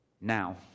Now